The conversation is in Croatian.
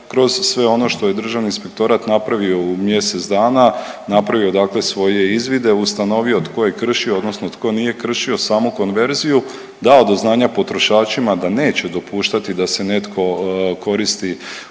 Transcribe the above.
kroz sve ono što je Državni inspektorat napravio u mjesec dana napravio dakle svoje izvide, ustanovio tko je kršio, odnosno tko nije kršio samu konverziju, dao do znanja potrošačima da neće dopuštati da se netko koristi